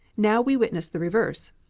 now we witness the reverse.